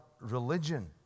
religion